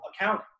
accounting